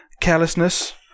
carelessness